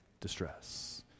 distress